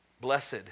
blessed